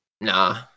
Nah